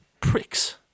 pricks